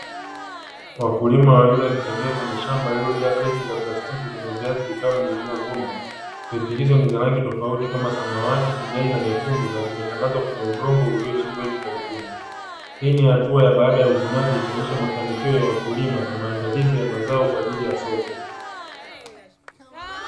Wakulima wawili, wakitembea kwenye shamba lililojaa kreti za plastiki zenye viazi vitamu vilivyovunwa, kreti hizo za rangi tofauti kama; samawati, kijani na nyekundu na zimetandazwa kwenye udongo uliochimbwa hivi karibuni. Hii ni hatua baada ya uvunaji, ikionyesha mafanikio ya wakulima na maandalizi ya mazao kwa ajili ya soko.